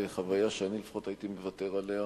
חוויה שאני לפחות הייתי מוותר עליה.